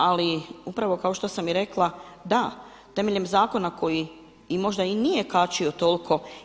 Ali upravo kao što sam i rekla, da, temeljem zakona koji i možda i nije kačio toliko.